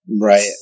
right